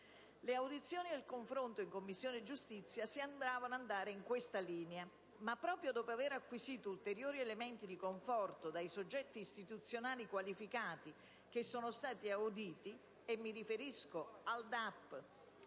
Le audizioni e il confronto in Commissione giustizia sembravano procedere su questa linea, ma proprio dopo avere acquisito ulteriori elementi a conforto dai soggetti istituzionali qualificati che sono stati auditi - mi riferisco al DAP,